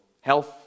health